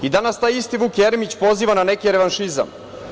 Danas taj isti Vuk Jeremić poziva na neke revanšizam.